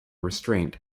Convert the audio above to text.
restraint